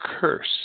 curse